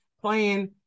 playing